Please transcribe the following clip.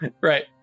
right